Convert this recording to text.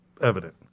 evident